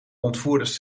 ontvoerders